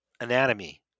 anatomy